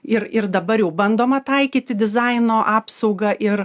ir ir dabar jau bandoma taikyti dizaino apsaugą ir